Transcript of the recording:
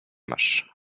masz